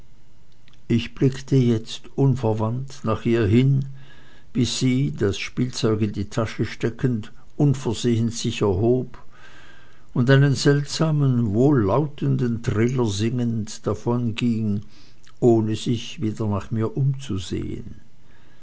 ich blickte jetzt unverwandt nach ihr hin bis sie das spielzeug in die tasche steckend unversehens sich erhob und einen seltsamen wohllautenden triller singend davonging ohne sich wieder nach mir umzusehen